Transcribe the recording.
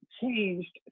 changed